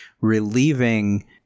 relieving